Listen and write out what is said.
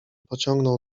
pociągnął